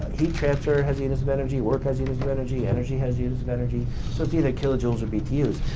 heat transfer has units of energy, work has units of energy, energy has units of energy, so it's either kilojoules or btu's.